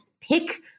pick